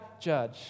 judge